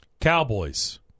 Cowboys